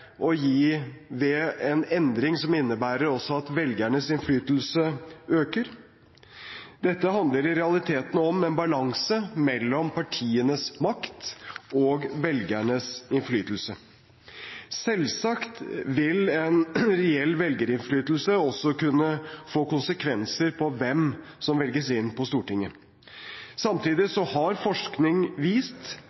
en endring som innebærer at velgernes innflytelse øker. Dette handler i realiteten om en balanse mellom partienes makt og velgernes innflytelse. Selvsagt vil en reell velgerinnflytelse også kunne få konsekvenser for hvem som velges inn på Stortinget. Samtidig